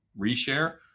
reshare